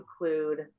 include